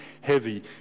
heavy